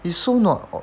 it's so not